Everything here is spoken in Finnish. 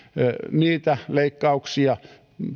niitä leikkauksia